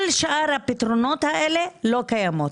כל שאר הפתרונות האלה לא קיימים.